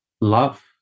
love